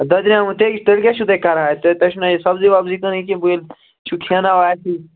دَدریوٚمُت تیٚلہِ تیٚلہِ کیٛاہ چھُو تُہۍ کَران اَتہِ تۅہہِ تۄہہِ چھُونا یہِ سبزی وَبزی کٕنٕن کیٚنٛہہ بٔلۍ چھُو کھٮ۪ناوان اَسی